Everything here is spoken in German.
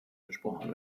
besprochen